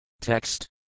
Text